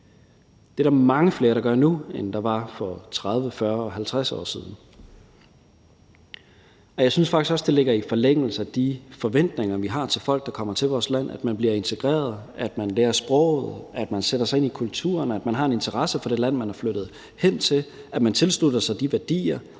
Det er der mange flere, der gør nu, end der var for 30, 40 og 50 år siden. Jeg synes faktisk også, at det ligger i forlængelse af de forventninger, vi har til folk, der kommer til vores land, nemlig at man bliver integreret; at man lærer sproget; at man sætter sig ind i kulturen; at man har en interesse for det land, man er flyttet til; at man tilslutter sig de værdier,